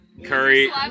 Curry